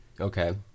Okay